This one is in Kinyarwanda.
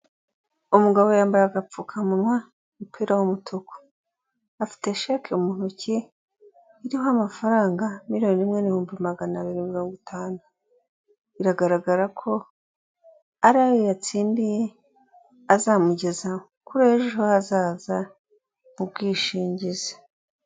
Umugabo yambaye agapfukamunwa umupira w'umutuku, afite sheke mu ntoki iriho amafaranga miliyoni imwe n'ibihumbi magana abiri na mirongo itanu biragaragara ko ari ayo yatsindiye, azamugeza kuri ejo hazaza h'ubwishingizi.